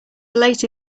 late